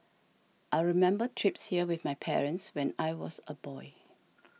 I remember trips here with my parents when I was a boy